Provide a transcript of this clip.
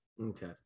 Okay